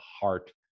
heart